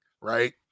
right